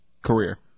career